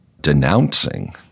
denouncing